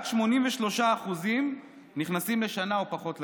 רק 83% נכנסים לכלא לשנה או פחות.